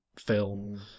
film